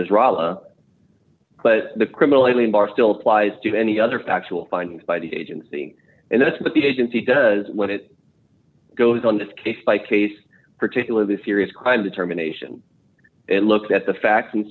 this rolla but the criminal aliens are still applies to any other factual findings by the agency and that's what the agency does when it goes on this case by case particularly serious crime determination look at the facts and